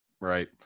Right